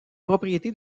propriétés